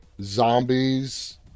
zombies